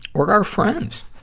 or our friends.